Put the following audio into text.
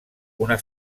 una